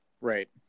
right